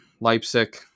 Leipzig